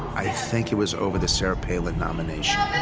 i think it was over the sarah palin nomination.